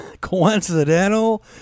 coincidental